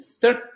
third